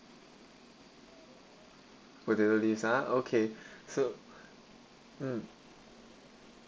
potato leaves ah okay so mm